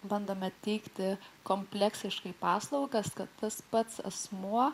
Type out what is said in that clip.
bandome teikti kompleksiškai paslaugas kad tas pats asmuo